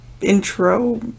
intro